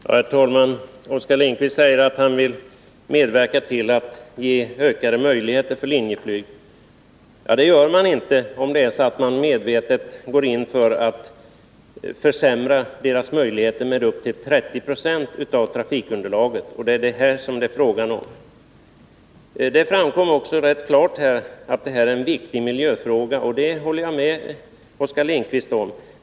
Herr talman! Oskar Lindkvist sade att han vill medverka till att ge Linjeflyg ökade möjligheter. Det gör man emellertid inte, om man medvetet går in för att försämra Linjeflygs möjligheter med upp till 30 20 med avseende på trafikunderlaget. Det är ju detta som det är fråga om. Det sades också rätt klart att detta är en viktig miljöfråga, och det håller jag med Oskar Lindkvist om.